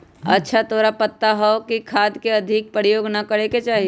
अच्छा तोरा पता हाउ खाद के अधिक प्रयोग ना करे के चाहि?